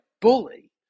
bully